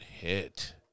hit